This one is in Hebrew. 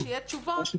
כשיהיו תשובות,